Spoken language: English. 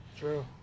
True